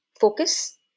focus